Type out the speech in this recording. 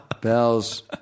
Bells